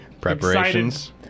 preparations